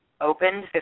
opened